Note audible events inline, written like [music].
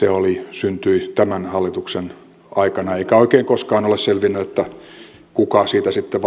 syntyi tämän hallituksen aikana eikä oikein koskaan ole selvinnyt kuka siitä sitten [unintelligible]